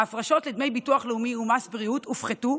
ההפרשות לדמי ביטוח לאומי ומס בריאות הופחתו,